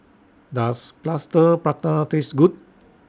Does Plaster Prata Taste Good